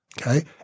okay